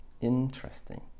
Interesting